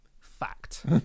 fact